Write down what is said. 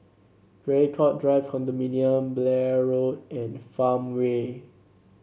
Draycott Drive Condominium Blair Road and Farmway